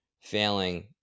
failing